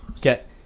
get